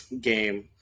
game